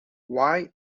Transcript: why